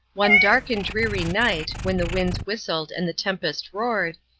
one dark and dreary night, when the winds whistled and the tempest roared,